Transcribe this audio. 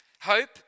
Hope